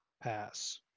pass